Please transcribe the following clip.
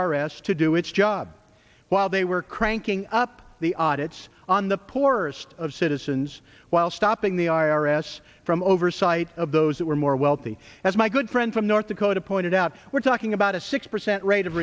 s to do its job while they were cranking up the audits on the poorest of citizens while stopping the i r s from oversight of those who are more wealthy as my good friend from north dakota pointed out we're talking about a six percent rate of